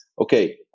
okay